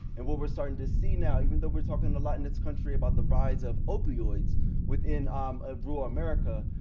and what we're starting to see now, even though we're talking a lot in this country about the rise of opioids within um ah rural america,